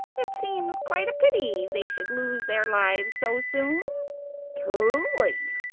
it seems quite a pity they should lose their lives so soon truly,